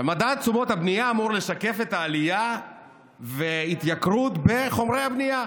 מדד תשומות הבנייה אמור לשקף את העלייה ואת ההתייקרות בחומרי הבנייה